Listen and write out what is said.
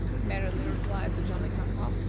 merrily replied the jolly-cum-pop,